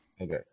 Okay